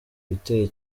iteye